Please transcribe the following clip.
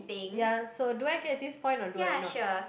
ya so do I get this point or do I not